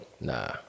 Nah